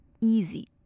easy